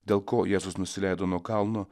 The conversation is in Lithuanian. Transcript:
dėl ko jėzus nusileido nuo kalno